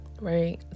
right